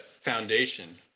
foundation